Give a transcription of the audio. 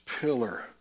pillar